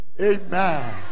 Amen